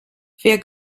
wer